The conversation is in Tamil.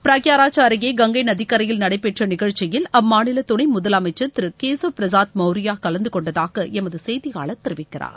பிரயாக்ராஜ் அருகே கங்கை நதிக்கரையில் நடைபெற்ற நிகழ்ச்சியில் அம்மாநில துணை முதலமைச்சர் திரு கேசவ் பிரசாத் மௌரியா கலந்து கொண்டதாக எமது செய்தியாளர் தெரிவிக்கிறார்